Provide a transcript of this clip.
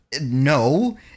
No